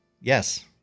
Yes